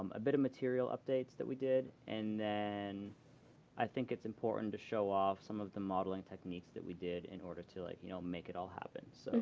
um a bit of material updates that we did and then i think it's important to show off some of the modeling techniques that we did in order to like you know make it all happen. so